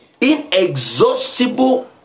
inexhaustible